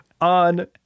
on